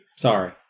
Sorry